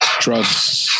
drugs